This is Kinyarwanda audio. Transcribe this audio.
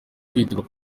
kwitegura